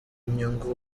nyungu